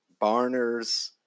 Barners